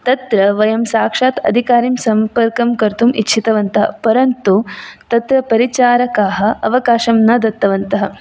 तत्र वयं साक्षात् अधिकारिं सम्पर्कं कर्तुं इच्छितवन्तः परन्तु तत्र परिचारकाः अवकाशं न दत्तवन्तः